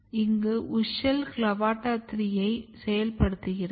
இங்கு WUSCHEL CLAVATA 3 யை செயல்படுத்துகிறது